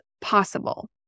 possible